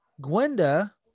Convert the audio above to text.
Gwenda